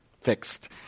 fixed